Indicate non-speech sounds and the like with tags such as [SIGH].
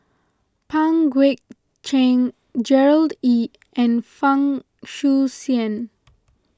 Pang Guek Cheng Gerard Ee and Fang [UNINTELLIGIBLE]